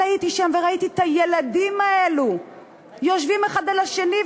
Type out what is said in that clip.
אבל הייתי שם וראיתי את הילדים האלה יושבים האחד על השני,